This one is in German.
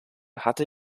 hatte